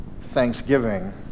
thanksgiving